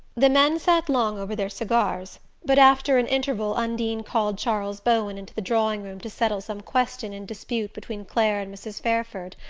the men sat long over their cigars but after an interval undine called charles bowen into the drawing-room to settle some question in dispute between clare and mrs. fairford,